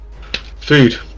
food